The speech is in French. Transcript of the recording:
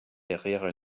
derrière